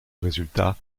résultat